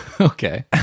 okay